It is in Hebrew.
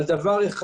אחד,